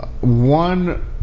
one